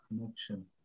connection